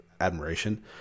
admiration